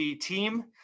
team